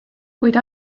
kuid